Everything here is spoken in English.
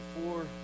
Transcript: four